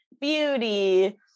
beauty